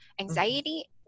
Anxiety